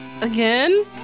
Again